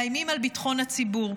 שמאיימים על ביטחון הציבור.